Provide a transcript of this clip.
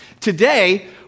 Today